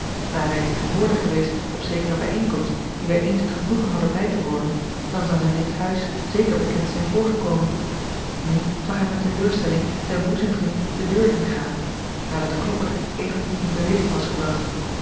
ware hij tegenwoordig geweest op zekere bijeenkomst die george een ongeluksvogel wij eens het genoegen hadden bij te wonen dan zou hem dit huis zeker bekend zijn voorgekomen nu zag hij met teleurstelling zijn boezemvriend de deur ingaan nadat de klopper even in beweging was gebragt